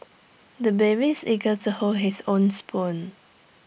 the babies eager to hold his own spoon